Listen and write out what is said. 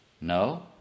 No